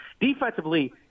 Defensively